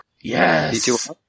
Yes